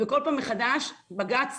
וכל פעם מחדש בג"ץ